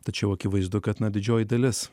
tačiau akivaizdu kad na didžioji dalis